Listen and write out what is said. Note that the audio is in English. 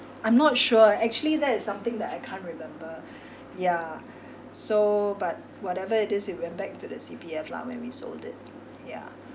I'm not sure actually that is something that I can't remember ya so but whatever it is it went back to the C_P_F lah when we sold it ya